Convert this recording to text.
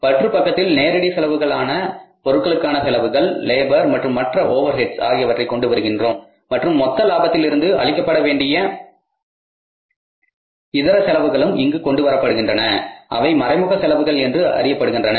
பற்று பக்கத்தில் நேரடி செலவுகள் ஆன பொருட்களுக்கான செலவுகள் லேபர் மற்றும் மற்ற ஓவர்ஹெட்ஸ் ஆகியவற்றை கொண்டு வருகின்றோம் மற்றும் மொத்த லாபத்தில் இருந்து அளிக்கப்பட வேண்டிய இதர செலவுகளும் இங்கு கொண்டு வரப்படுகின்றன அவை மறைமுக செலவுகள் என்று அறியப்படுகின்றன